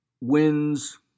wins